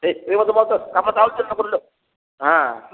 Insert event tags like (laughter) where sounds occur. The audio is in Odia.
(unintelligible)